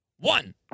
one